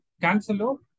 Cancel